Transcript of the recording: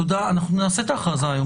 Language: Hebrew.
נעשה את ההכרזה היום,